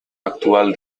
actual